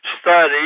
study